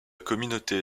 communauté